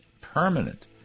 permanent